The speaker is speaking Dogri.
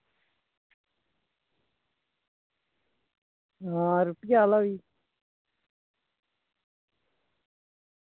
हां रुट्टिये आह्ला वी